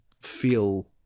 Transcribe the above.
feel